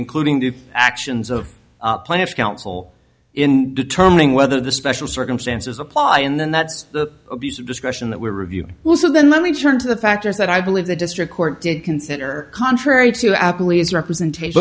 including the actions of plants counsel in determining whether the special circumstances apply and then that's the abuse of discretion that we review also then let me turn to the factors that i believe the district court did consider contrary to our police representation